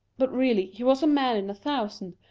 but, really, he was a man in a thousand,